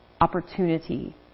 opportunity